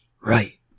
Right